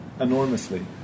enormously